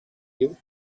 you